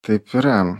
taip yra